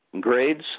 grades